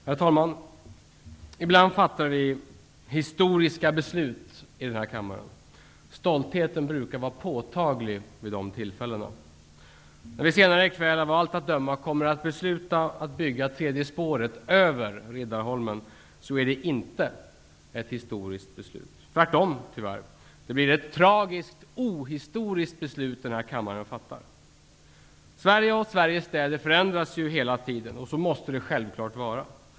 Herr talman! Ibland fattar vi historiska beslut här i kammaren. Stoltheten brukar vara påtaglig vid de tillfällena. När vi senare i kväll av allt att döma kommer att besluta om ett byggande av tredje spåret över Riddarholmen, är detta inte ett historiskt beslut -- tvärtom, tyvärr. Det blir ett tragiskt ohistoriskt beslut som den här kammaren fattar. Sverige och Sveriges städer förändras ju hela tiden, och så måste det självfallet vara.